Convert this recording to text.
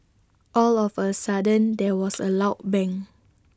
all of A sudden there was A loud bang